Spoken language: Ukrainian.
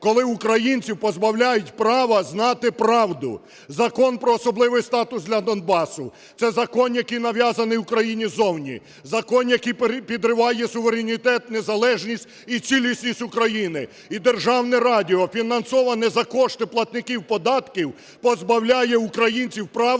коли українців позбавляють право знати правду. Закон про особливий статус для Донбасу – це закон, який нав'язаний Україні ззовні, закон, який підриває суверенітет, незалежність і цілісність України! І державне радіо, фінансоване за кошти платників податків, позбавляє українців права